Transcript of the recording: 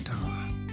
time